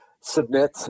submit